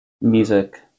music